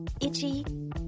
Itchy